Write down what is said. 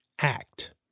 Act